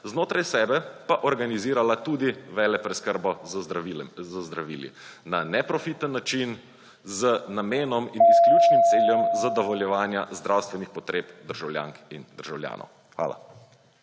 znotraj sebe pa organizirala tudi velepreskrbo z zdravili na neprofiten način z namenom in izključnim ciljem zadovoljevanja zdravstvenih potreb državljank in državljanov. Hvala.